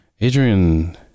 Adrian